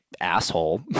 asshole